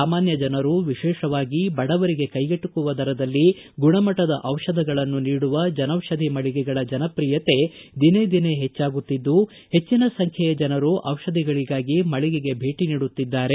ಸಾಮಾನ್ತ ಜನರು ವಿಶೇಷವಾಗಿ ಬಡವರಿಗೆ ಕೈಗೆಟಕುವ ದರದಲ್ಲಿ ಗುಣಮಟ್ಟದ ಔಷಧಗಳನ್ನು ನೀಡುವ ಜನೌಷಧಿ ಮಳಿಗೆಗಳ ಜನಪ್ರಿಯತೆ ದಿನೇ ದಿನೇ ಹೆಚ್ಚಾಗುತ್ತಿದ್ದು ಹೆಚ್ಚಿನ ಸಂಖ್ಯೆಯ ಜನರು ಔಷಧಗಳಿಗಾಗಿ ಮಳಿಗೆಗಳಿಗೆ ಭೇಟಿ ನೀಡುತ್ತಿದ್ದಾರೆ